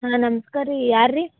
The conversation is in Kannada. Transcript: ಹಾಂ ನಮ್ಸ್ಕಾರ ರೀ ಯಾರು ರೀ